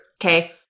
Okay